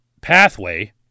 pathway